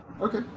Okay